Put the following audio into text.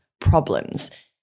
problems